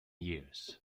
years